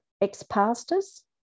ex-pastors